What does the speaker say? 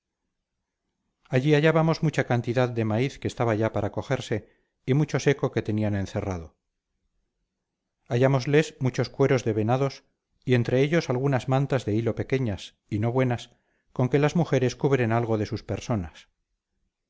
allí hallamos mucha cantidad de maíz que estaba ya para cogerse y mucho seco que tenían encerrado hallámosles muchos cueros de venados y entre ellos algunas mantas de hilo pequeñas y no buenas con que las mujeres cubren algo de sus personas